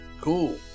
cool